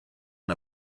n’a